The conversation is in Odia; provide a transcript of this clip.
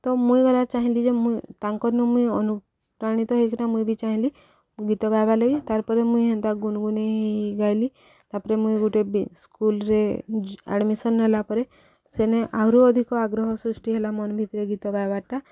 ତ ମୁଇଁ ଗଲା ଚାହିଁଲି ଯେ ମୁଇଁ ତାଙ୍କ ନ ମୁଇଁ ଅନୁପ୍ରାଣିତ ହେଇକିନା ମୁଇଁ ବି ଚାହିଁଲି ଗୀତ ଗାଇବାର୍ ଲାଗି ତାର୍ ପରେ ମୁଇଁ ହେନ୍ତା ଗୁନଗୁନେଇ ହେଇ ଗାଇଲି ତାପରେ ମୁଇଁ ଗୋଟେ ସ୍କୁଲରେ ଆଡ଼ମିସନ ହେଲା ପରେ ସେନେ ଆହୁରି ଅଧିକ ଆଗ୍ରହ ସୃଷ୍ଟି ହେଲା ମନ ଭିତରେ ଗୀତ ଗାଇବାର୍ଟା